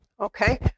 Okay